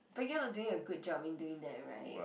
but you're not doing a good job in doing that [right]